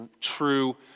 true